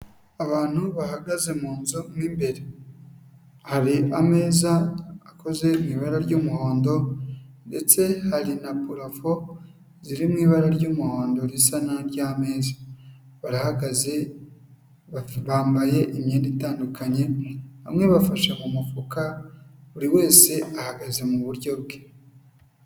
Abantu bahagaze mu nzu mu imbere, hari ameza akoze ibara ry'umuhondo ndetse hari na purafo ziri mu ibara ry'umuhondo risa n'iry'ameza, barahagaze, bambaye imyenda itandukanye, bamwe bafashe mu mufuka, buri wese ahagaze mu buryo bwe.